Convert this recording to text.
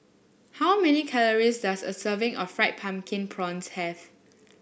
how many calories does a serving of Fried Pumpkin Prawns have